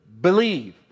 believe